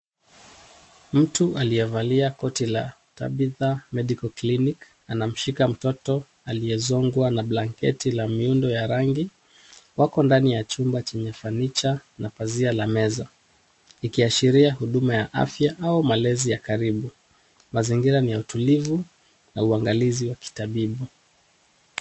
Mtu aliyevalia koti la TABITHA MEDICAL CLINIC anamshika mtoto aliyezongwa na blanketi la miundo ya rangi, wako ndani ya chumba chenye fanicha na pazia la meza, ikiashiria huduma ya afya au malezi ya karibu. Mazingira ni ya utulivu na uangalizi wa kitabibu.